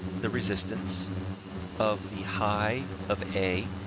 the resistance of the high of a